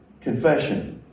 Confession